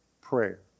prayer